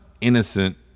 Innocent